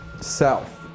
South